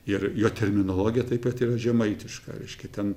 ir jo terminologija taip pat yra žemaitiška reiškia ten